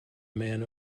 man